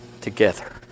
together